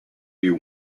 you